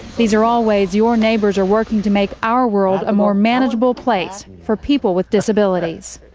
these are all ways your neighbors are working to make our world a more manageable place for people with disabilities.